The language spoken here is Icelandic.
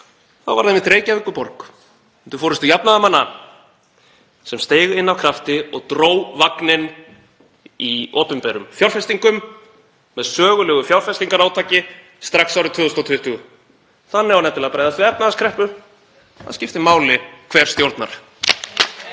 Þá var það einmitt Reykjavíkurborg, undir forystu jafnaðarmanna, sem steig inn af krafti og dró vagninn í opinberum fjárfestingum með sögulegu fjárfestingarátaki strax árið 2020. Þannig á nefnilega að bregðast við efnahagskreppu. Það skiptir máli hver stjórnar.